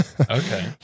Okay